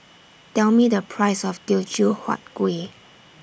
Tell Me The Price of Teochew Huat Kueh